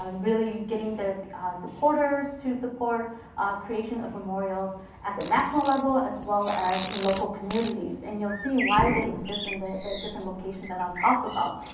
um really getting their supporters to support creation of memorials at the national level as well as in local communities. and you'll see why they exist in the the different locations that i'll talk about.